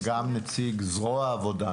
וגם נציג זרוע העבודה,